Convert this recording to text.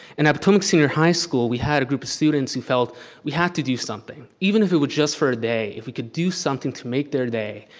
and at potomac senior high school, we had a group of students who felt we have to do something. even if it were just for a day, if we could do something to make their day,